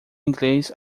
inglês